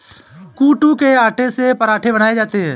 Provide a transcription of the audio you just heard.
कूटू के आटे से पराठे बनाये जाते है